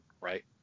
right